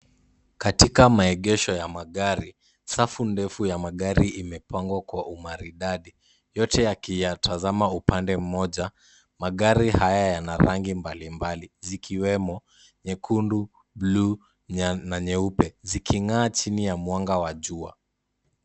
Katika maegesho ya magari, safu ndefu ya magari imepangwa kwa umaridadi yote yakitazama kwa upande mmoja. Magari haya yana rangi mbalimbali zikiwemo nyekundu, blue na nyeupe ziking'aa chini ya mwanga wa jua.